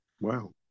Wow